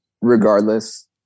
regardless